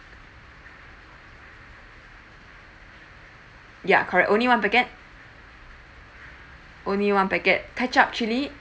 ya correct only one packet only one packet ketchup chilli